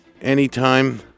Anytime